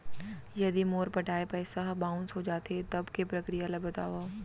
यदि मोर पटाय पइसा ह बाउंस हो जाथे, तब के प्रक्रिया ला बतावव